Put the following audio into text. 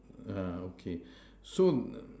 uh okay soon uh